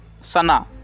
Sana